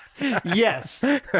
Yes